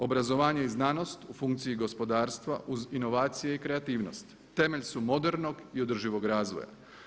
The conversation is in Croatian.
Obrazovanje i znanost u funkciji gospodarstva uz inovacije i kreativnost temelj su modernog i održivog razvoja.